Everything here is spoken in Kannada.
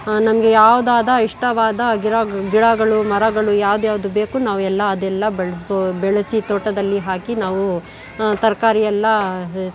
ನಮಗೆ ಯಾವ್ದಾದ ಇಷ್ಟವಾದ ಗಿರಗ್ ಗಿಡಗಳು ಮರಗಳು ಯಾವ್ದ್ಯಾವ್ದು ಬೇಕು ನಾವೆಲ್ಲ ಅದೆಲ್ಲ ಬೆಳ್ಸ್ಬೌ ಬೆಳೆಸಿ ತೋಟದಲ್ಲಿ ಹಾಕಿ ನಾವು ತರಕಾರಿ ಎಲ್ಲ